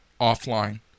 offline